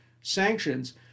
sanctions